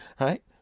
right